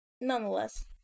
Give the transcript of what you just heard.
nonetheless